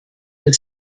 für